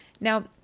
Now